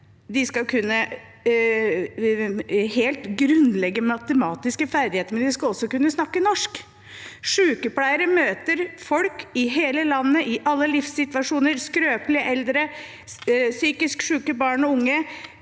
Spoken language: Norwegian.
De skal kunne helt grunnleggende matematiske ferdigheter, men de skal også kunne snakke norsk. Sykepleiere møter folk i hele landet, i alle livssituasjoner, skrøpelige eldre, psykisk syke, barn og unge.